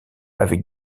avec